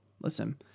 Listen